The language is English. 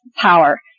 power